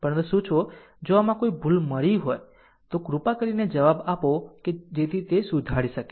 પરંતુ સૂચવો જો આમાં કોઈ ભૂલ મળી હોય તો કૃપા કરીને જવાબ આપો કે જેથી તે સુધારી શકે